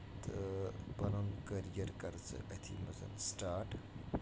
تہٕ پَنُن کٔریَر کر ژٕ أتھۍ منٛز سٹارٹ